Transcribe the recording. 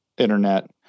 internet